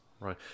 right